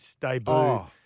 debut